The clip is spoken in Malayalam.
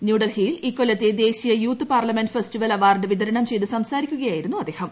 ന്യൂഡൽഹിയിൽ ഇക്കൊല്ലത്തെ ദേശീയ യൂത്ത് പാർലമെന്റ് ഫെസ്റ്റിവൽ അവാർഡ് വിതരണം ചെയ്ത് സംസാരിക്കുകയായിരുന്നു അദ്ദേഹം